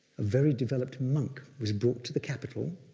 a very developed monk was brought to the capital,